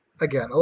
again